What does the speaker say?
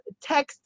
text